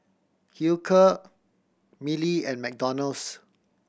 Hilker Mili and McDonald's